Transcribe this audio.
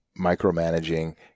micromanaging